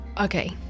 Okay